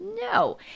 No